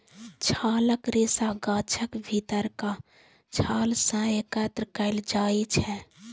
छालक रेशा गाछक भीतरका छाल सं एकत्र कैल जाइ छै